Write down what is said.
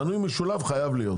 אבל מנוי משולב חייב להיות.